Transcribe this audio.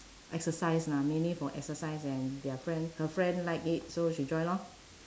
exercise lah mainly for exercise and their friend her friend like it so she join lor